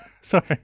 Sorry